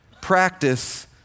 practice